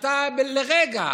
שאתה לרגע,